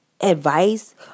advice